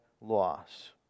loss